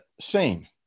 seen